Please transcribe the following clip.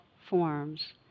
forms